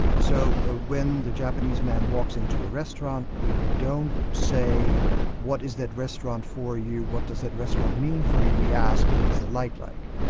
so ah when the japanese man walks in to a restaurant we don't say what is that restaurant for you, what does that restaurant mean for you, we ask what is the light like?